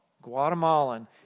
Guatemalan